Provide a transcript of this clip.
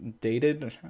dated